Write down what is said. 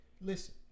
Listen